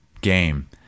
game